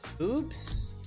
Oops